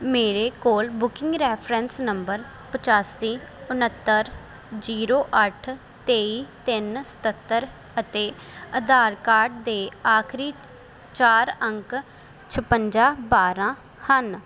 ਮੇਰੇ ਕੋਲ booking reference number ਪਚਾਸੀ ਉਣਹੱਤਰ ਜ਼ੀਰੋ ਅੱਠ ਤੇਈ ਤਿੰਨ ਸਤੱਤਰ ਅਤੇ ਆਧਾਰ ਕਾਰਡ ਦੇ ਆਖਰੀ ਚਾਰ ਅੰਕ ਛਪੰਜਾ ਬਾਰ੍ਹਾਂ ਹਨ